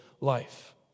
life